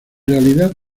realidad